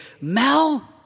Mel